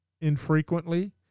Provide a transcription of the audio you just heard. infrequently